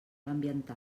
ambiental